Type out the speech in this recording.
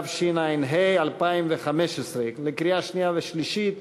התשע"ה 2015, לקריאה שנייה ושלישית.